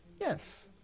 yes